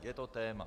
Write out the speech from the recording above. Je to téma.